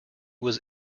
was